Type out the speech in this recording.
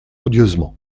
odieusement